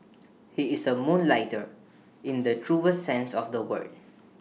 he is A moonlighter in the truest sense of the word